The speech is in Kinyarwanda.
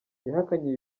yahakanye